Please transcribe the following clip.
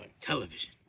Television